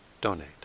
donate